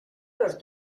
los